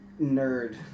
nerd